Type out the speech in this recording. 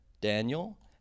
Daniel